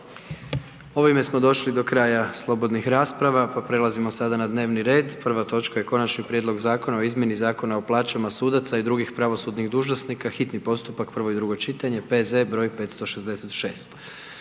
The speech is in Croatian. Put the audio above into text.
Ovime smo došli do kraja slobodnih rasprava pa prelazimo sada na dnevni red, prva točka je: - Konačni prijedlog zakona o izmjeni Zakona o plaćama sudaca i drugih pravosudnih dužnosnika, hitni postupak, prvo i drugo čitanje, P.Z. broj 566;